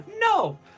No